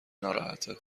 ناراحته